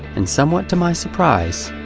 and somewhat to my surprise,